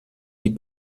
die